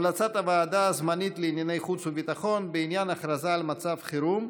המלצת הוועדה הזמנית לענייני חוץ וביטחון בעניין הכרזה על מצב חירום.